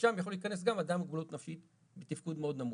ולשם יכול להיכנס גם אדם עם מוגבלות נפשית עם תפקוד מאוד נמוך.